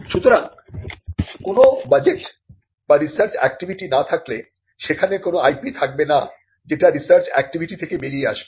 সুতরাং কোন বাজেট বা রিসার্চ অ্যাক্টিভিটি না থাকলে সেখানে কোন IP থাকবে না যেটা রিসার্চ অ্যাক্টিভিটি থেকে বেরিয়ে আসবে